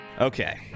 Okay